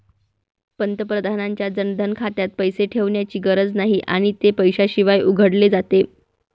पंतप्रधानांच्या जनधन खात्यात पैसे ठेवण्याची गरज नाही आणि ते पैशाशिवाय उघडले जाते